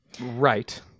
Right